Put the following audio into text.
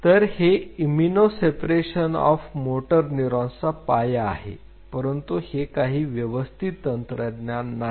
तर हे इमिनो सेपरेशन ऑफ मोटर न्यूरॉनचा पाया आहे परंतु हे काही व्यवस्थित तंत्रज्ञान नाही